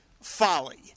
folly